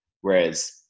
Whereas